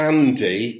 Andy